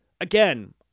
again